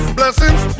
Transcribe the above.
blessings